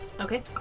Okay